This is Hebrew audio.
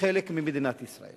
כחלק ממדינת ישראל,